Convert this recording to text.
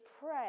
pray